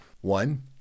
One